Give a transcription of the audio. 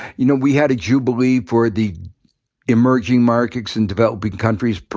you know, we had a jubilee for the emerging markets and developing countries,